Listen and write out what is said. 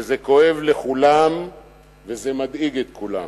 וזה כואב לכולם וזה מדאיג את כולם.